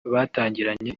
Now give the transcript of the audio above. batangiranye